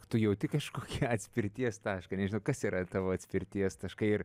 tu jauti kažkokį atspirties tašką nežinau kas yra tavo atspirties taškai ir